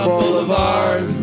Boulevard